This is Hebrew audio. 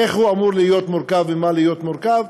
איך הוא אמור להיות מורכב וממה הוא אמור להיות מורכב,